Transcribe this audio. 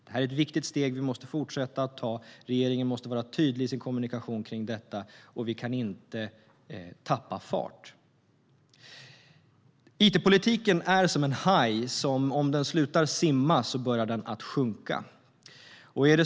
Det är ett viktigt steg vi måste fortsätta att ta. Regeringen måste vara tydlig i sin kommunikation om detta, och vi kan inte tappa fart. It-politiken är som en haj, och slutar hajen att simma börjar den att sjunka.